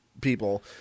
people